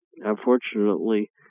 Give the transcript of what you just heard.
unfortunately